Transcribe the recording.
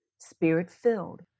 spirit-filled